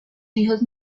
hijos